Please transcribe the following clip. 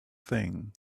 thing